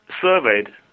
surveyed